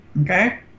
Okay